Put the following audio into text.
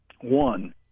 One